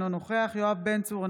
אינו נוכח יואב בן צור,